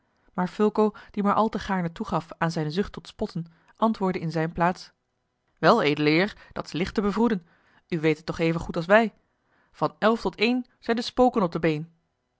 maar fulco die maar al te gaarne toegaf aan zijne zucht tot spotten antwoordde in zijne plaats wel edele heer dat is licht te bevroeden u weet het toch even goed als wij van elf tot één zijn de spoken op de been